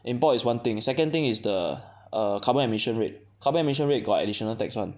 import is one thing second thing is the err carbon emission rate carbon emission rate got additional tax [one]